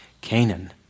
Canaan